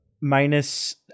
Minus